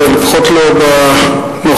לפחות לא בנוכחיות.